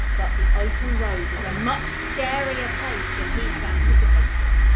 but the open road was a much scarier place than he had anticipated.